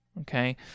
Okay